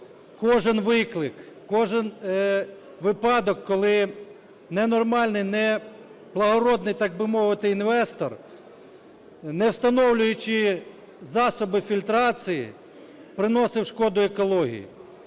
кожен виклик, кожен випадок, коли ненормальний, неблагородний, так би мовити, інвестор, не встановлюючи засоби фільтрації, приносив шкоду екології.